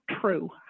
true